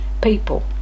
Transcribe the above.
People